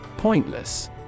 Pointless